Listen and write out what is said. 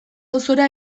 auzora